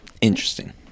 Interesting